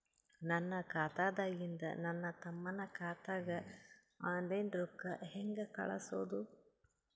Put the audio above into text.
ನನ್ನ ಖಾತಾದಾಗಿಂದ ನನ್ನ ತಮ್ಮನ ಖಾತಾಗ ಆನ್ಲೈನ್ ರೊಕ್ಕ ಹೇಂಗ ಕಳಸೋದು?